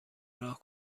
راه